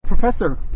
Professor